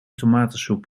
tomatensoep